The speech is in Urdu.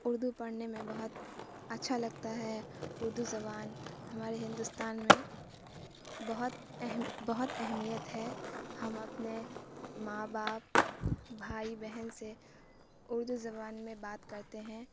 اردو پڑھنے میں بہت اچھا لگتا ہے اردو زبان ہمارے ہندوستان میں بہت اہم بہت اہمیت ہے ہم اپنے ماں باپ بھائی بہن سے اردو زبان میں بات کرتے ہیں